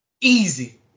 Easy